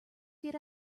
get